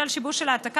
בשל שיבוש של העתקה,